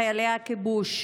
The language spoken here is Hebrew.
חיילי הכיבוש,